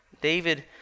David